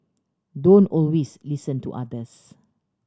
don't always listen to others